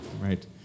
right